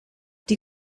die